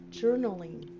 journaling